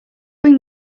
bring